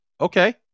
Okay